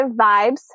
vibes